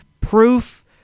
proof